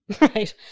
right